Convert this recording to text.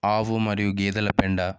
ఆవు మరియు గేదల పెండ